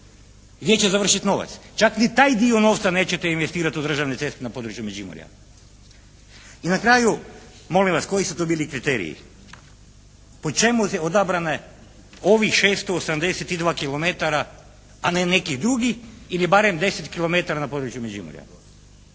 gdje će završiti novac? Čak ni taj dio novca nećete investirati u državne ceste na području Međimurja. I na kraju, molim vas koji su to bili kriteriji? Po čemu su odabrane ovih 682 kilometara, a ne nekih drugih ili barem 10 kilometara na području Međimurja?